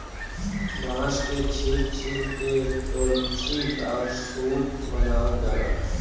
बांस के छील छील के डोल्ची आउर सूप बनावल जाला